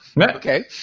okay